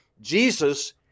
Jesus